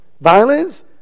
Violence